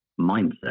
mindset